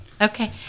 Okay